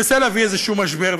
הוא מנסה להביא איזשהו משבר,